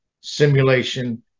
simulation